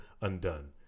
undone